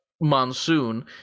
monsoon